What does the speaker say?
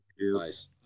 Nice